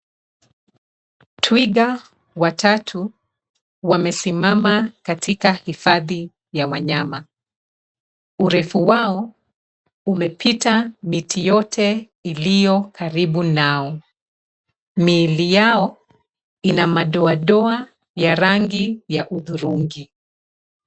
Twiga watatu wamesimama katika hifadhi ya wanyama. Urefu wao umepita miti yote iliyo karibu nao. Miili yao ina madoadoa ya rangi ya hudhurungi.